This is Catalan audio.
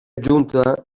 junta